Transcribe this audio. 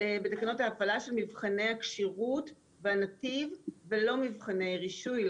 בתקנות ההפעלה של מבחני הכשירות בנתיב ולא מבחני רישוי.